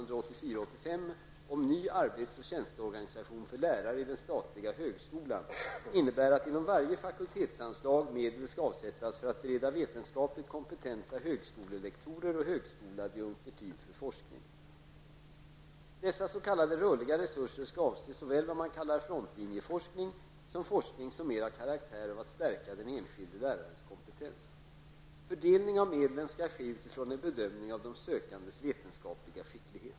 Dessa s.k. rörliga resurser skall avse såväl vad man kallar frontlinjeforskning som forskning som mer har karaktär av att stärka den enskilde lärarens kompetens. Fördelning av medlen skall ske utifrån en bedömning av de sökandes vetenskapliga skicklighet.